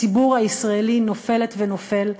הציבור הישראלי נופלת ונופל,